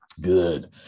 Good